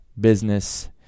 business